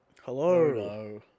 Hello